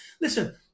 Listen